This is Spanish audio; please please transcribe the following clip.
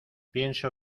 pienso